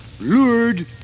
Lured